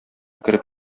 кереп